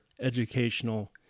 educational